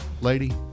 lady